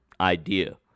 idea